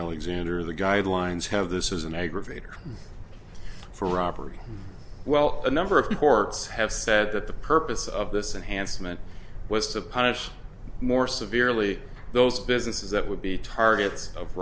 alexander the guidelines have this is an aggravated for robbery well a number of reports have said that the purpose of this enhanced meant west of punished more severely those businesses that would be targets of